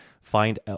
find